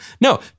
No